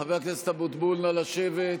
חבר הכנסת אבוטבול, נא לשבת,